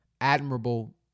admirable